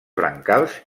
brancals